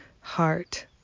heart